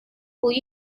will